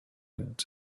and